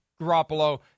Garoppolo